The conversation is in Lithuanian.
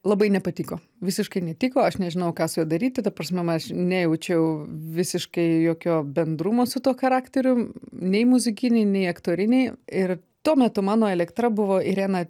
labai nepatiko visiškai netiko aš nežinojau ką su juo daryti ta prasme aš nejaučiau visiškai jokio bendrumo su tuo charakteriu nei muzikinį nei aktorinį ir tuo metu mano elektra buvo irena